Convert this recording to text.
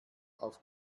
auf